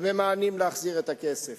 וממאנים להחזיר את הכסף.